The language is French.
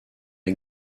est